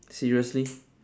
seriously